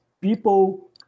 people